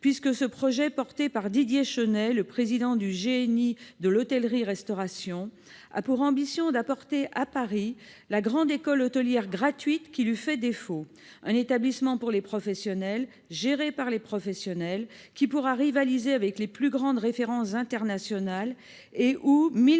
puisque ce projet, porté par Didier Chenet, le président du groupement national des indépendants, le GNI de l'hôtellerie-restauration, a pour ambition d'implanter à Paris la grande école hôtelière gratuite qui lui fait défaut. Un établissement pour les professionnels, géré par les professionnels, qui pourra rivaliser avec les plus grandes références internationales, et où 1